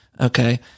okay